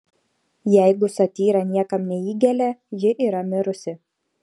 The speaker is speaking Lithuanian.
jeigu satyra niekam neįgelia ji yra mirusi